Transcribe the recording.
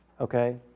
Okay